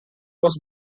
was